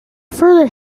further